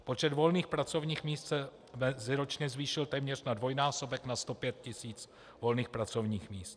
Počet volných pracovních míst se meziročně zvýšil téměř na dvojnásobek, na 105 tisíc volných pracovních míst.